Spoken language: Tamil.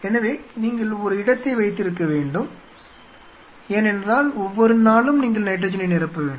எனவே நீங்கள் ஒரு இடத்தை வைத்திருக்க வேண்டும் ஏனென்றால் ஒவ்வொரு நாளும் நீங்கள் நைட்ரஜனை நிரப்ப வேண்டும்